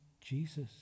Jesus